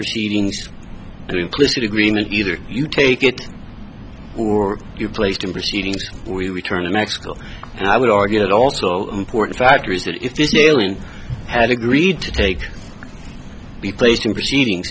proceedings the implicit agreement either you take it or you placed in proceedings we return to mexico and i would argue that also important factor is that if this mailing had agreed to take we placed in proceedings